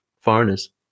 Foreigners